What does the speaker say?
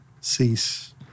cease